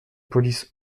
police